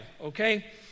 okay